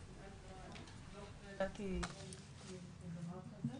לא ידעתי שיש דבר כזה,